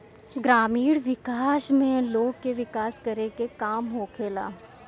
ग्रामीण विकास में लोग के विकास करे के काम होखेला